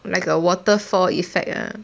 like a waterfall effect ah